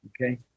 Okay